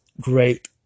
great